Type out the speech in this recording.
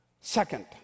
Second